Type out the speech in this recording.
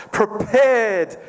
prepared